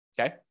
Okay